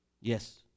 Yes